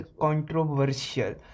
controversial